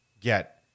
get